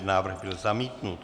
Návrh byl zamítnut.